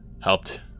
helped